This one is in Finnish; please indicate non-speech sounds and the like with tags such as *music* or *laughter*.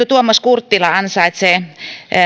*unintelligible* tuomas kurttila ansaitsee